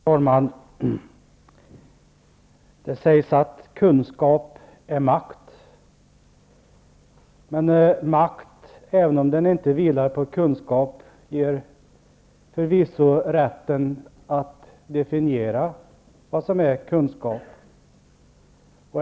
Herr talman! Det sägs att kunskap är makt. Men makt, även om den inte vilar på kunskap, ger förvisso rätten att definiera vad som är kunskap.